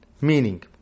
Meaning